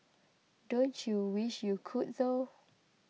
don't you wish you could though